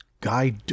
guy